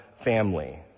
family